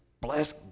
bless